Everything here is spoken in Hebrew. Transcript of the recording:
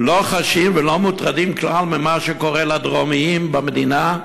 לא חשים ולא מוטרדים כלל ממה שקורה לדרומיים במדינה.